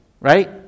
Right